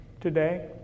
today